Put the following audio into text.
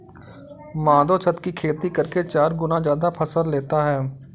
माधव छत की खेती करके चार गुना ज्यादा फसल लेता है